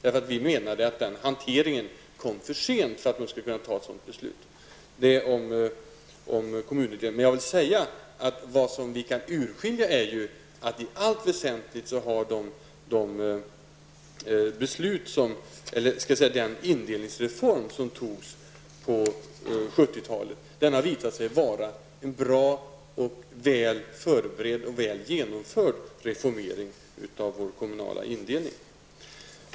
Regeringen menar att hanteringen av frågan kom för sent för att ett beslut skulle kunna fattas i år. Det går att urskilja att den indelningsreform som antogs på 70-talet i allt väsentligt har visat sig utgöra en bra, väl förberedd och väl genomförd reformering av vår kommunala indelning.